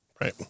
Right